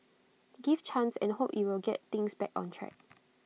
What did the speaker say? give chance and hope IT will get things back on track